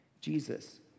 Jesus